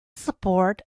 support